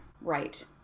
Right